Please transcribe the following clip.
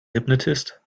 hypnotist